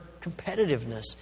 competitiveness